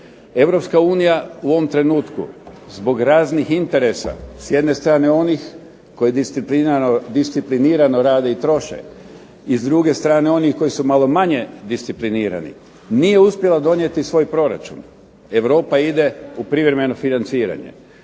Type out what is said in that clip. HRvatskoj. EU u ovom trenutku zbog raznih interesa s jedne strane onih koji disciplinirano rade i troše i s druge strane onih koji su malo manje disciplinirani, nije uspjela donijeti svoj proračun. Europa ide u privremeno financiranje.